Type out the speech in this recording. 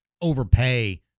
overpay